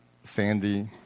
Sandy